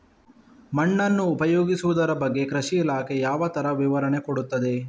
ಮಣ್ಣನ್ನು ಉಪಯೋಗಿಸುದರ ಬಗ್ಗೆ ಕೃಷಿ ಇಲಾಖೆ ಯಾವ ತರ ವಿವರಣೆ ಕೊಡುತ್ತದೆ?